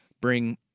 Bring